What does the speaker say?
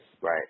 Right